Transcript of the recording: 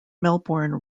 melbourne